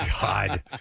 God